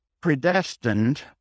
predestined